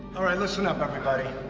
right, listen up, everybody.